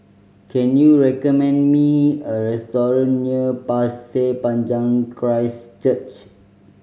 can you recommend me a restaurant near Pasir Panjang Christ Church